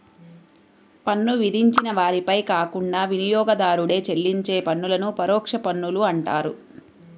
పన్ను విధించిన వారిపై కాకుండా వినియోగదారుడే చెల్లించే పన్నులను పరోక్ష పన్నులు అంటారు